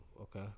okay